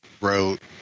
wrote